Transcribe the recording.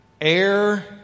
air